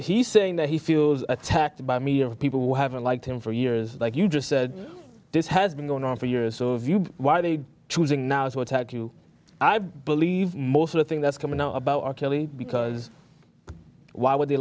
he's saying that he feels attacked by me of people who haven't liked him for years like you just said this has been going on for years so why are they choosing now is what i believe most of the thing that's coming up our kelly because why would they